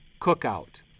cookout